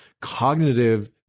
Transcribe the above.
cognitive